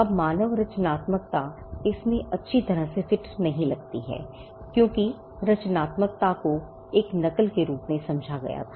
अब मानव रचनात्मकता इसमें अच्छी तरह से फिट नहीं लगती है क्योंकि रचनात्मकता को एक नकल के रूप में समझा गया था